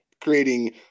creating